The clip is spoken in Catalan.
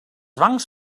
bancs